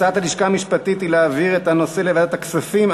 הצעת הלשכה המשפטית היא להעביר את הנושא לוועדת הכספים,